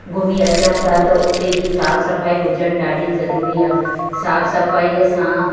घुमी अचूं था त उते बि साफ़ु सफ़ाई हुजणु ॾाढी ज़रूरी आहे साफ़ु सफ़ाईअ सां